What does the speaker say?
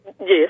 Yes